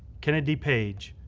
kennedy page,